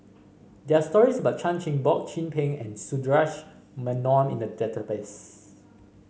there are stories about Chan Chin Bock Chin Peng and Sundaresh Menon in the database